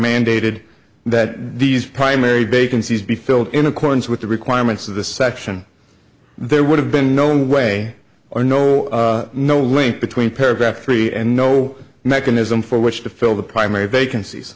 mandated that these primary bacon seize be filled in accordance with the requirements of the section there would have been no way or no no link between paragraph three and no mechanism for which to fill the primary vacancies